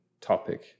topic